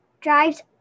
drives